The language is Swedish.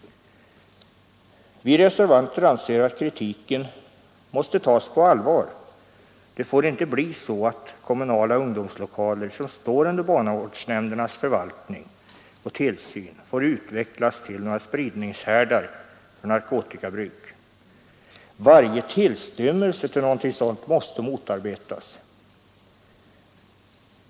Vi reservanter anser att kritiken måste tas på allvar. Det får inte bli så, att kommunala ungdomslokaler som står under barnavårdsnämndernas förvaltning och tillsyn får utvecklas till några spridningshärdar för narkotikabruk. Varje tillstymmelse till någonting sådant måste motarbetas.